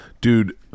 dude